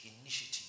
initiative